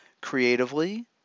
creatively